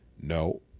No